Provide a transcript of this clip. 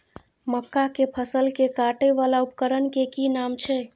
मक्का के फसल कै काटय वाला उपकरण के कि नाम छै?